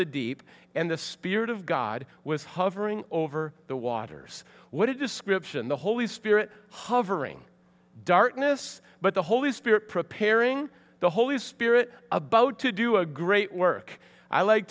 the deep and the spirit of god was hovering over the waters what a description the holy spirit hovering darkness but the holy spirit preparing the holy spirit about to do a great work i like